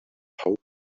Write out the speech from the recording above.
how